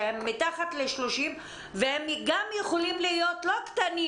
שהם מתחת ל-30 והם יכולים להיות לא קטנים,